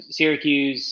Syracuse